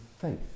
faith